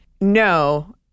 No